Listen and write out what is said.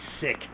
sick